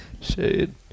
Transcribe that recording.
shade